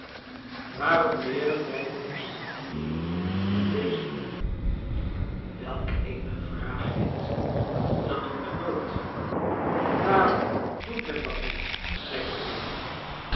waarom leeren wij onzen bedienden niet lezen welk eene vraag kind dat doet men nooit waarom doet men dat niet zeide eva